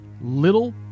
little